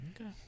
Okay